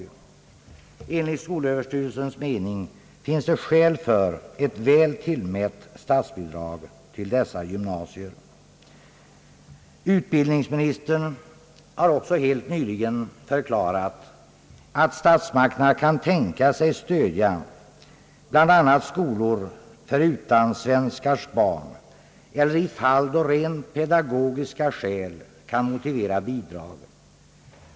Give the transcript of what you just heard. Enligt skolöverstyrelsens mening finns det skäl för ett väl tillmätt statsbidrag till dessa skolor. Utbildningsministern har också helt nyligen förklarat, att statsmakterna kan tänka sig att stödja bl.a. skolor för utlandssvenskars barn eller skolor i fall då rent pedagogiska skäl kan motivera bidrag.